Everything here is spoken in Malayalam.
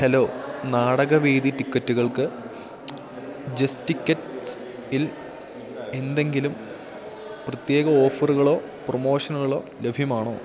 ഹലോ നാടകവേദി ടിക്കറ്റുകൾക്ക് ജസ്റ്റ് ടിക്കറ്റ്സിൽ എന്തെങ്കിലും പ്രത്യേക ഓഫറുകളോ പ്രമോഷനുകളോ ലഭ്യമാണോ